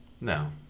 No